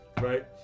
right